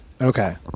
Okay